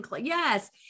yes